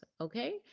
okay